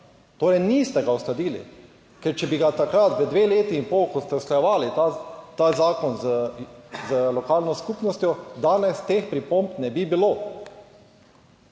Torej, niste ga uskladili. Ker če bi ga takrat v dve leti in pol, ko ste usklajevali ta zakon z lokalno skupnostjo, danes teh pripomb ne bi bilo.